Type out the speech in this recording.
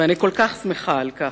ואני שמחה על כך.